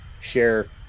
share